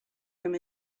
from